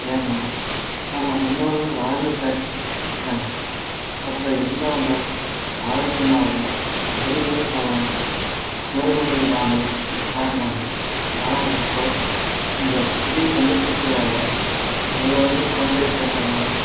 ஏன்னா நம்ம முன்னோர்கள் வாழ்ந்து காட்டி இருக்காங்க அப்போ இருந்தவங்க ஆரோக்கியமாக சுறுசுறுப்பாகவும் நோய் நொடி இல்லாமல் வாழ்ந்தாங்க ஆனால் இப்போது இந்த புதிய கண்டுபிடிப்புகளால் எல்லோரையும் சோம்பேறித்தனயாமாக்குது